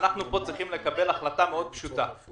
אנחנו צריכים לקבל פה החלטה פשוטה מאוד.